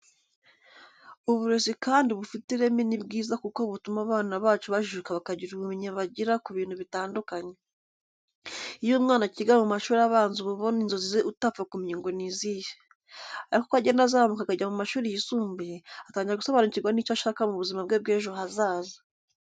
Uburezi kandi bufite ireme ni bwiza kuko butuma abana bacu bajijuka bakagira ubumenyi bagira ku bintu bitandukanye. Iyo umwana akiga mu mashuri abanza uba ubona inzozi ze utapfa kumenya ngo ni izihe. Ariko uko agenda azamuka akajya mu mashuri yisumbuye, atangira gusobanukirwa n'icyo ashaka mu buzima bwe bw'ejo hazaza.